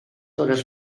hores